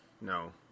no